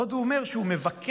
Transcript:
עוד הוא אומר שהוא מבקש,